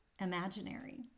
imaginary